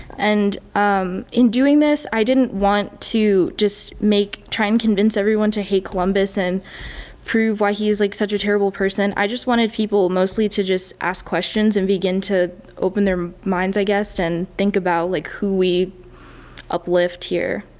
and in doing this i didn't want to just make try and convince everyone to hate columbus and prove why he's like such a terrible person. i just wanted people mostly to just ask questions and begin to open their minds i guess and think about like who we uplift here,